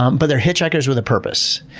um but they're hitchhikers with a purpose.